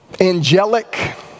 angelic